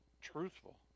Truthful